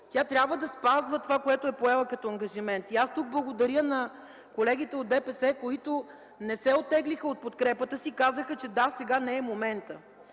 тя трябва да спазва това, което е поела като ангажимент. И аз тук благодаря на колегите от ДПС, които не се оттеглиха от подкрепата си, казаха: да, сега не е моментът.